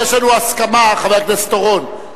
יש לנו הסכמה, חבר הכנסת אורון.